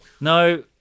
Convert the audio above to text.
No